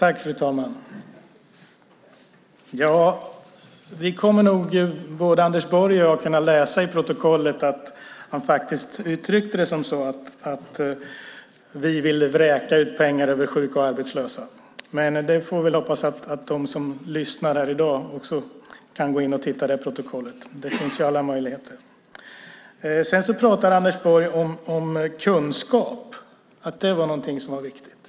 Fru talman! Både Anders Borg och jag kommer nog att kunna läsa i protokollet att han faktiskt uttryckte det så att vi ville vräka ut pengar över sjuka och arbetslösa. Vi får väl hoppas att de som lyssnar här i dag går in och tittar i protokollet - det finns alla möjligheter. Anders Borg pratar om kunskap och att det är någonting som är viktigt.